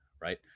Right